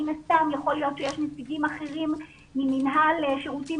מן הסתם יכול להיות שיש נציגים אחרים ממינהל שירותים